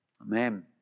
Amen